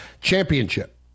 championship